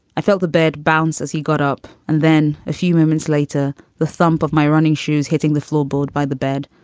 i felt the bed bounce as he got up. and then a few moments later, the thump of my running shoes hitting the floor by the bed.